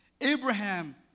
Abraham